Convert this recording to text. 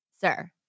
sir